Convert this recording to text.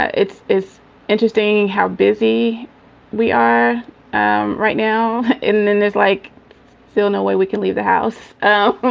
ah it's it's interesting how busy we are um right now and then there's like still no way we can leave the house. ah